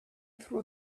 through